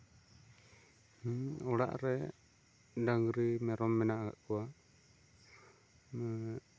ᱦᱮᱸ ᱚᱲᱟᱜᱨᱮ ᱰᱟᱝᱨᱤ ᱢᱮᱨᱚᱢ ᱢᱮᱱᱟᱜ ᱠᱟᱜ ᱠᱚᱣᱟ ᱦᱮᱸ